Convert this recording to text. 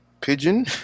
pigeon